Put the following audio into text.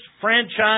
franchise